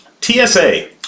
TSA